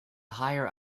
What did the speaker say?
higher